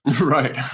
right